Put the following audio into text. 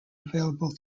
available